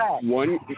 one